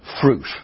fruit